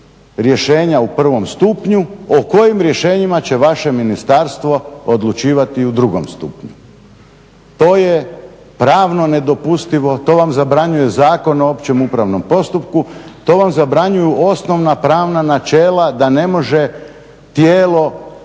rješenja u prvom stupnju o kojim rješenjima će vaše ministarstvo odlučivati u drugom stupnju. To je pravno nedopustivo, to vam zabranjuje Zakon o opće upravnom postupku, to vam zabranjuju osnovna pravna načela da ne može tijelo